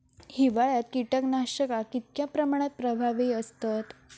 हिवाळ्यात कीटकनाशका कीतक्या प्रमाणात प्रभावी असतत?